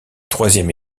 troisième